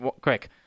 quick